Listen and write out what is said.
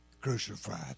crucified